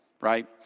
right